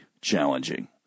challenging